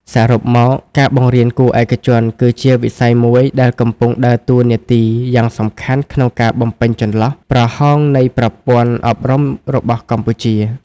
សរុបមក ការបង្រៀនគួរឯកជនគឺជាវិស័យមួយដែលកំពុងដើរតួនាទីយ៉ាងសំខាន់ក្នុងការបំពេញចន្លោះប្រហោងនៃប្រព័ន្ធអប់រំរបស់កម្ពុជា។